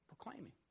Proclaiming